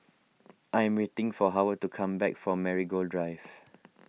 I am waiting for Howard to come back from Marigold Drive